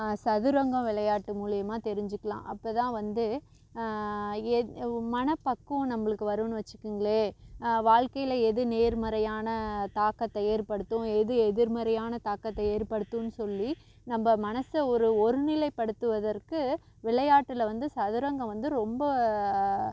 சதுரங்க விளையாட்டு மூலியமாக தெரிஞ்சிக்கலாம் அப்போ தான் வந்து எது மனப்பக்குவம் நம்பளுக்கு வரும்ன்னு வச்சிக்கிங்களேன் வாழ்க்கையில் எது நேர்மறையான தாக்கத்தை ஏற்படுத்தும் எது எதிர்மறையான தாக்கத்தை ஏற்படுத்தும்ன்னு சொல்லி நம்ப மனச ஒரு ஒருநிலைப்படுத்துவதற்கு விளையாட்டில் வந்து சதுரங்கம் வந்து ரொம்ப